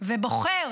ובוחר